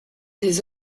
des